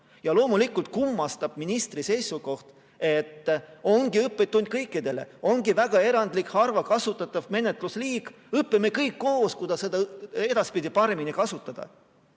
Ja loomulikult kummastab ministri seisukoht, et see ongi õppetund kõikidele, ongi väga erandlik, harva kasutatav menetlusliik, õpime kõik koos, kuidas seda edaspidi paremini kasutada.